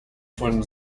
von